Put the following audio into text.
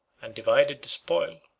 and divided the spoil,